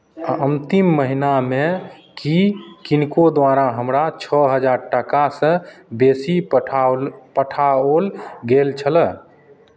अन्तिम महीनामे की किनको द्वारा हमरा छओ हजार टाकासँ बेसी पठाओल पठाओल गेल छलय